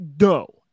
no